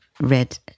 read